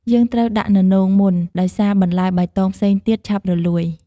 យើងត្រូវដាក់ននោងមុន ដោយសារបន្លែបៃតងផ្សេងទៀតឆាប់រលួយ។